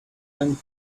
young